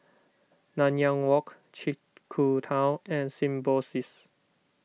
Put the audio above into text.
Nanyang Walk Chiku Tao and Symbiosis